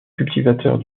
cultivateurs